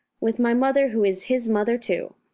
with my mother who is his mother too.